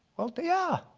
well yeah.